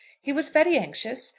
he was very anxious,